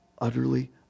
utterly